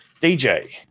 DJ